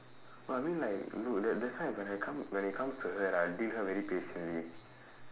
but I mean like no that that's why when I come when it comes to her right I'll deal with her very patiently